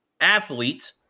athlete